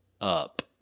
up